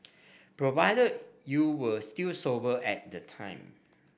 provided you were still sober at the time